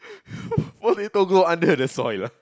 for it to go under the soil ah